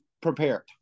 prepared